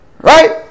right